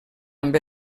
amb